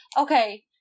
okay